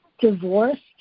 divorced